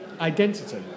identity